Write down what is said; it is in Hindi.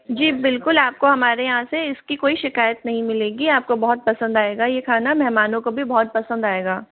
जी बिल्कुल आपको हमारे यहाँ से इसकी कोई शिकायत नहीं मिलेगी आपको बहुत पसंद आएगा ये खाना महमानों को भी बहुत पसंद आएगा